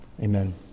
Amen